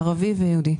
ערבים ויהודים.